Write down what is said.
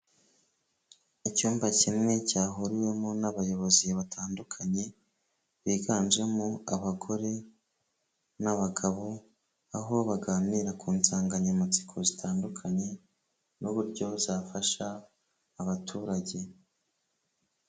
Icyumba kinini cyahuriwemo n'abayobozi batandukanye biganjemo abagore n'abagabo, aho baganira ku nsanganyamatsiko zitandukanye, n'uburyo zafasha abaturage.